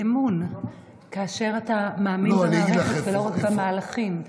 כאשר אתה מאמין במערכת ולא רק במהלכים.